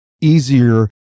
easier